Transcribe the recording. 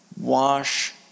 wash